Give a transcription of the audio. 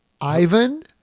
Ivan